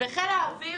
וחיל האוויר